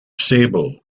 sable